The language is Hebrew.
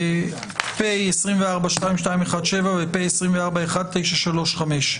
פ/2217/24 ו-פ/24/1935.